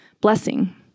blessing